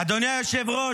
אדוני היושב-ראש,